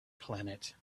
planet